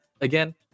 Again